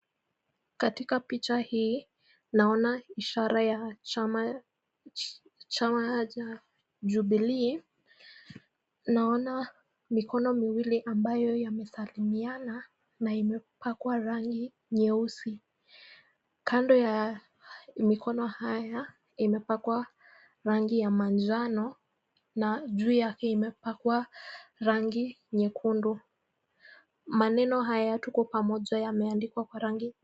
Katika picha hii naona ishara ya chama chama cha Jubilee. Naona mikono miwili ambayo ya mesalimiana na imepakwa rangi nyeusi. Kando ya mikono haya imepakwa rangi ya manjano na juu yake imepakwa rangi nyekundu. Maneno haya Tuko Pamoja yameandikwa kwa rangi.